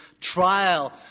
trial